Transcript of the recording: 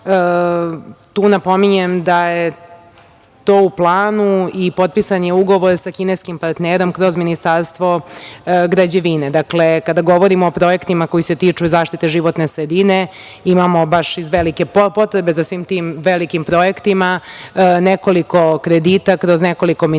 tu napominjem da je to u planu i potpisan je Ugovor sa kineskim partnerom kroz Ministarstvo građevine. Dakle, kada govorimo o projektima koji se tiču zaštite životne sredine, imamo baš iz velike potrebe za svim tim velikim projektima nekoliko kredita kroz nekoliko ministarstava